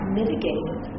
mitigated